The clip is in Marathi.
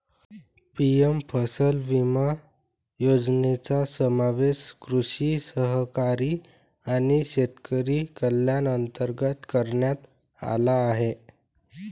पी.एम फसल विमा योजनेचा समावेश कृषी सहकारी आणि शेतकरी कल्याण अंतर्गत करण्यात आला आहे